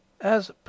As